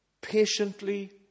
patiently